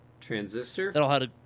Transistor